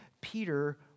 Peter